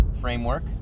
framework